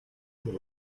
they